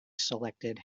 selected